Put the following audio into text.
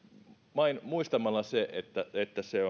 vain muistamalla se että että se